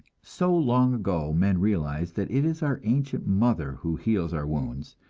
so long ago men realized that it is our ancient mother who heals our wounds,